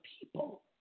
people